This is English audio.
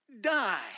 die